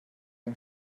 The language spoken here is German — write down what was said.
dem